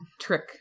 trick